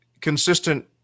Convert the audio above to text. consistent